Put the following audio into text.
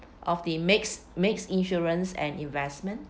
of the mixed mixed insurance and investment